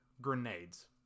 grenades